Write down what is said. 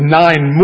nine